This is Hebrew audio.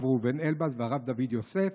הרב ראובן אלבז והרב דוד יוסף.